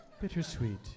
Bittersweet